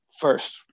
first